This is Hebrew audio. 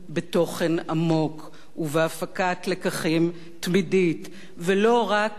ובהפקת לקחים תמידית ולא רק בסימבולים,